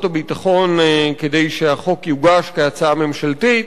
הביטחון כדי שהחוק יוגש כהצעה ממשלתית.